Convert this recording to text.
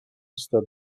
usta